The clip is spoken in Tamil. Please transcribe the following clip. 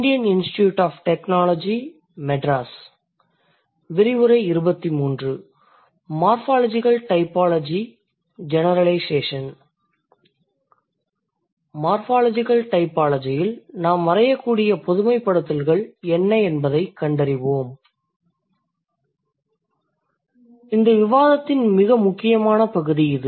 இந்த விவாதத்தின் மிக முக்கியமான பகுதி இது